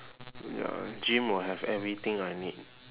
ya gym will have everything I need